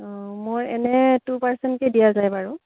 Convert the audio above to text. অঁ মই এনে টু পাৰ্চেণ্টকে দিয়া যায় বাৰু